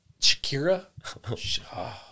Shakira